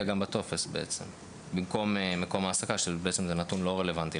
בטופס במקום "מקום ההעסקה" שהוא נתון לא רלוונטי.